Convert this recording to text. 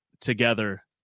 together